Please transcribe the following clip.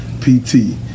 P-T